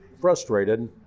frustrated